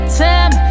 time